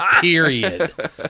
Period